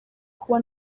kuba